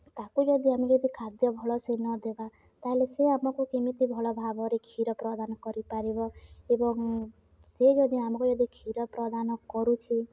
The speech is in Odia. ତାକୁ ଯଦି ଆମେ ଯଦି ଖାଦ୍ୟ ଭଲସେ ନଦେବା ତା'ହେଲେ ସେ ଆମକୁ କେମିତି ଭଲ ଭାବରେ କ୍ଷୀର ପ୍ରଦାନ କରିପାରିବ ଏବଂ ସେ ଯଦି ଆମକୁ ଯଦି କ୍ଷୀର ପ୍ରଦାନ କରୁଛି